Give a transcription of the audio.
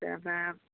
তাপা